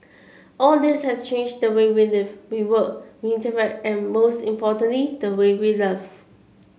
all this has changed the way we live we work we interact but most importantly the way we love